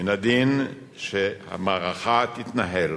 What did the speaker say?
מן הדין שהמערכה תתנהל